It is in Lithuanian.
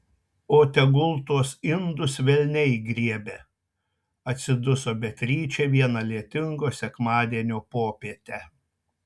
o tegul tuos indus velniai griebia atsiduso beatričė vieną lietingo sekmadienio popietę